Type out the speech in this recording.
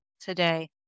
today